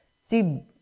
see